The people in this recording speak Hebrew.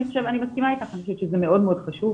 אני מסכימה איתך, אני חושבת שזה מאוד מאוד חשוב.